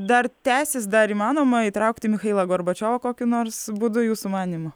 dar tęsis dar įmanoma įtraukti michailą gorbačiovą kokiu nors būdu jūsų manymu